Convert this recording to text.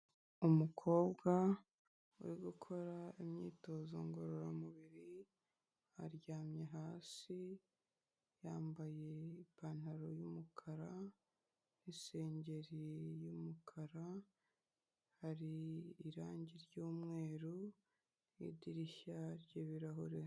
Umukobwa uri gukora imyitozo ngororamubiri aryamye hasi yambaye ipantaro y'umukara n'isengeri y'umukara, hari irangi ry'umweru n'idirishya ry'ibirahure.